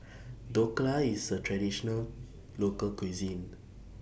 Dhokla IS A Traditional Local Cuisine